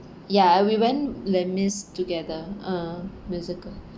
ya we went les mis together ah musical